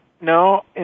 no